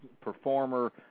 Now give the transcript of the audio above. performer